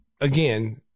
again